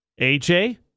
AJ